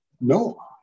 no